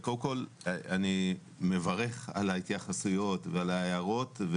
אני מברך על ההתייחסויות ועל ההערות,